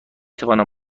توانم